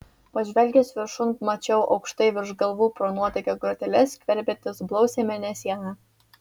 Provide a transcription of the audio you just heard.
pažvelgęs viršun mačiau aukštai virš galvų pro nuotėkio groteles skverbiantis blausią mėnesieną